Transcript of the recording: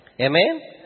Amen